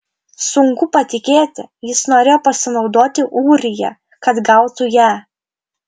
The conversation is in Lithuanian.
sunku patikėti jis norėjo pasinaudoti ūrija kad gautų ją